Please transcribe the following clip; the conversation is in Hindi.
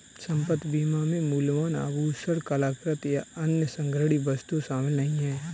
संपत्ति बीमा में मूल्यवान आभूषण, कलाकृति, या अन्य संग्रहणीय वस्तुएं शामिल नहीं हैं